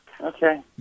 Okay